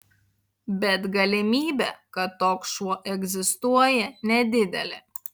bet galimybė kad toks šuo egzistuoja nedidelė